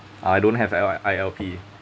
I don't have I_L~ I_L_P